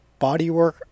bodywork